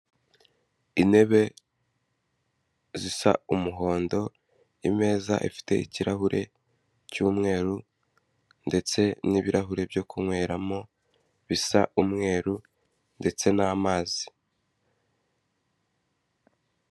Intebe zisa umuhondo, imeza ifite ikirahure cy'umweru ndetse n'ibirahure byo kunyweramo bisa umweru ndetse n'amazi.